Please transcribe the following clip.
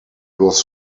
was